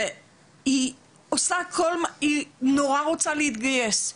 היא נורא רוצה להתגייס,